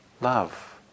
love